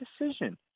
decision